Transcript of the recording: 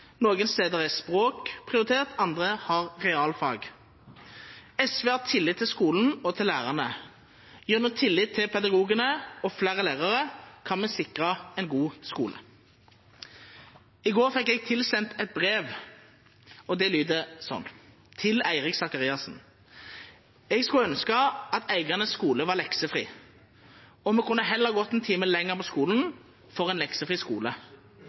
noen steder er språk prioritert, andre steder realfag. SV har tillit til skolen og til lærerne. Gjennom tillit til pedagogene og flere lærere kan vi sikre en god skole. I går fikk jeg tilsendt et brev. Det lyder slik: «Til Eirik Sakariassen Jeg skulle ønske at Eiganes skole var leksefri. Og vi kunne heller gått en time lenger på skolen. For en leksefri skole.